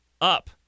up